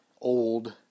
old